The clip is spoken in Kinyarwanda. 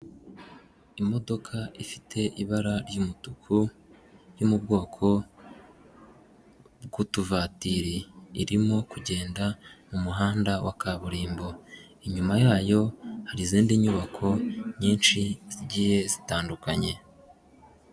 Imodoka ifite ibara ry'umutuku yo mu bwoko bw'utuvatiri, irimo kugenda mu muhanda wa kaburimbo, inyuma yayo hari izindi nyubako nyinshi zigiye zitandukanye.